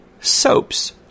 soaps